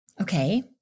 Okay